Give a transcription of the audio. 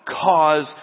cause